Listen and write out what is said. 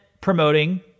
promoting